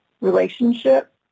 relationship